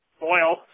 boil